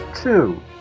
two